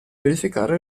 verificare